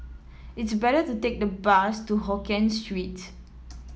it's better to take the bus to Hokkien Street